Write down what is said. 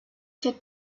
cette